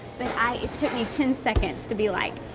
but it took me ten seconds to be like,